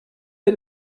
wir